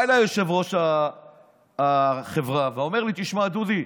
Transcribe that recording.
בא אליי יושב-ראש החברה ואומר לי: תשמע, דודי,